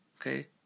Okay